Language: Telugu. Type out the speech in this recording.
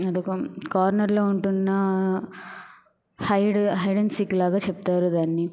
అదొక కార్నర్లో ఉంటున్న హైడు హైడ్ అండ్ సీకు లాగా చెప్తారు దాన్ని